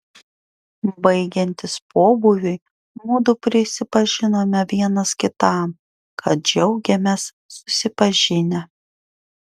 baigiantis pobūviui mudu prisipažinome vienas kitam kad džiaugėmės susipažinę